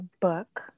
book